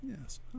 Yes